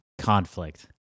Conflict